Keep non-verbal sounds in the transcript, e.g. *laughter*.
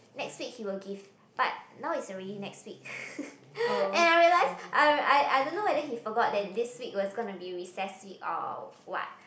next week he will give but now is already next week *laughs* and I realise I I I don't know whether he forgot that this week was gonna be recess week or what